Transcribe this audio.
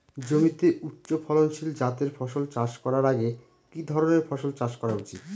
জমিতে উচ্চফলনশীল জাতের ফসল চাষ করার আগে কি ধরণের ফসল চাষ করা উচিৎ?